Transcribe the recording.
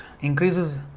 increases